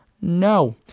no